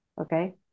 okay